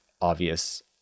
obvious